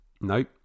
nope